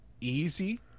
easy